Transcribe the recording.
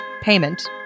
payment